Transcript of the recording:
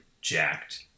jacked